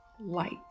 light